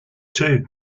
two